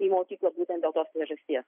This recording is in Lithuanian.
į mokyklą būtent dėl to priežasties